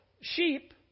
sheep